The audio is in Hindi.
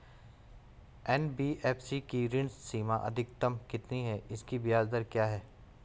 एन.बी.एफ.सी की ऋण सीमा अधिकतम कितनी है इसकी ब्याज दर क्या है?